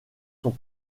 sont